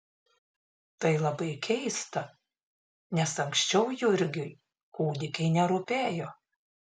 tai labai keista nes anksčiau jurgiui kūdikiai nerūpėjo